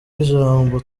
y’ijambo